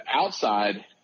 outside